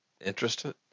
interested